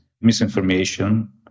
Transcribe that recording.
misinformation